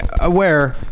aware